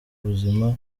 ubuzima